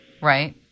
Right